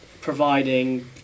providing